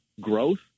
growth